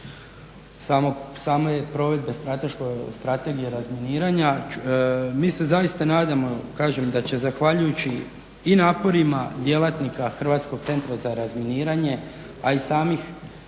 same provedbe strategije razminiranja. Mi se zaista nadamo, kažem, da će zahvaljujući i naporima djelatnika Hrvatskog centra za razminiranje, a i samih